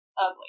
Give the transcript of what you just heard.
ugly